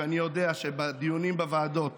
ואני יודע שבדיונים בוועדות